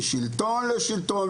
משלטון לשלטון.